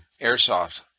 Airsoft